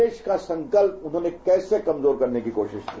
देश का संकल्प उन्होंने कैसे कमजोर करने की कोशिश की